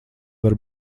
var